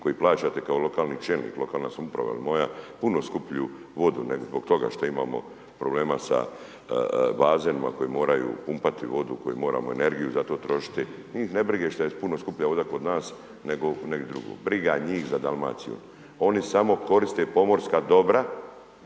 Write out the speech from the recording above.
koji plaćate kao lokalni čelnik, lokalna samouprava ili moja puno skuplju vodu zbog toga što imamo problema sa bazenima koji moraju pumpati vodu, koji moramo energiju za to trošiti. Njih ne briga što je puno skuplja voda kod nas nego negdje drugo. Briga njih za Dalmaciju. Oni samo koriste pomorska dobra